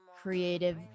creative